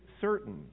certain